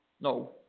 No